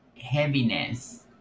heaviness